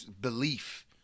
Belief